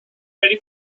ready